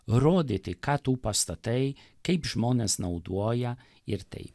rodyti ką tu pastatai kaip žmonės naudoja ir tai